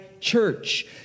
church